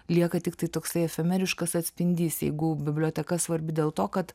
lieka tiktai toksai efemeriškas atspindys jeigu biblioteka svarbi dėl to kad